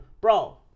Bro